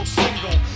single